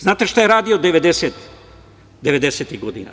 Znate šta je rado devedesetih godina?